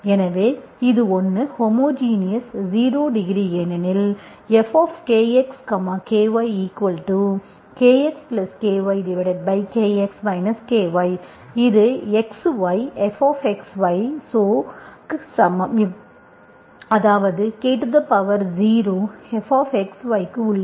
எனவே இது 1 homogeneous 0 degree ஏனெனில்fKxKyKxKy Kx Ky இது x y fxyso க்கு சமம் அதாவது K0fxy உள்ளது